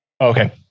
Okay